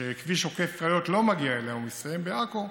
שכביש עוקף קריות לא מגיע אליה, הוא מסתיים בעכו,